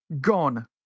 gone